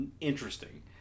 interesting